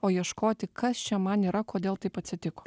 o ieškoti kas čia man yra kodėl taip atsitiko